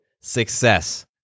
success